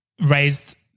raised